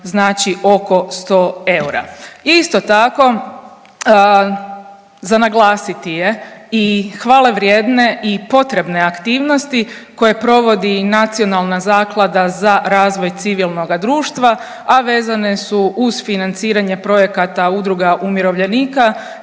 znači oko 100 eura. Isto tako za naglasiti je i hvalevrijedne i potrebne aktivnosti koje provodi Nacionalni zaklada za razvoj civilnoga društva, a vezane su uz financiranje projekata udruga umirovljenika i